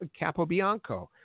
Capobianco